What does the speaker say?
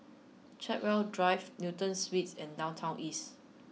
Chartwell Drive Newton Suites and Downtown East